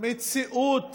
למציאות